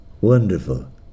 Wonderful